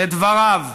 לדבריו,